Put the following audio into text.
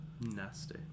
nasty